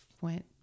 went